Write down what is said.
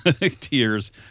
tears